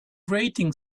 grating